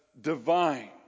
divine